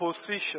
position